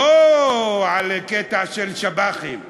התשע"ד 2014,